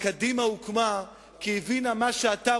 וקדימה הוקמה כי היא הבינה את מה שאתה,